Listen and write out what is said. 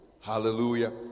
Hallelujah